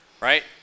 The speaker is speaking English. right